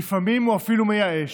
ולפעמים הוא אפילו מייאש,